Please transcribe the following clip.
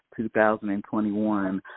2021